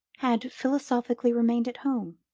had philosophically remained at home.